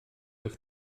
eich